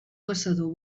caçador